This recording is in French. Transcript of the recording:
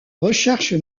recherche